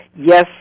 Yes